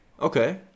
Okay